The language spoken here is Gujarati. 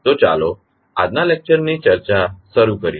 તો ચાલો આજના લેકચર ની ચર્ચા શરૂ કરીએ